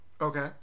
Okay